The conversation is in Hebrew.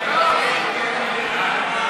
מי נגד?